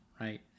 right